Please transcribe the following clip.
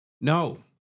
No